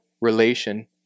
relation